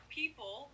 people